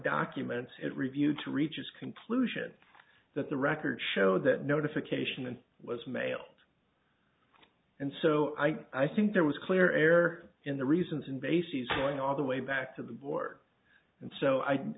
documents it reviewed to reach its conclusion that the records show that notification was mailed and so i think there was clear air in the reasons and bases for in all the way back to the board and so i